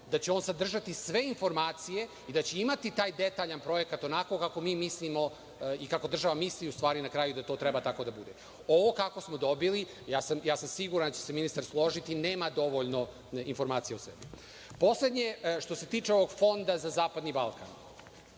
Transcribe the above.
da će on sadržati sve informacije i da će imati taj detaljan projekat onako kako mi mislimo i kako država misli u stvari na kraju da to treba tako da bude. Ovo kako smo dobili, siguran sam da će se ministar složiti, nema dovoljno informacija u sebi. Poslednje, što se tiče ovog Fonda za zapadni Balkan.